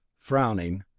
frowning,